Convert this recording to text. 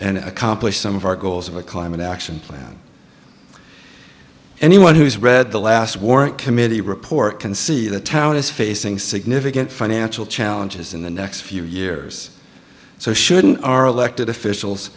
and accomplish some of our goals of a climate action plan anyone who's read the last work committee report can see the town is facing significant financial challenges in the next few years so shouldn't our elected officials